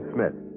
Smith